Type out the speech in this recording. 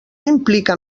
implica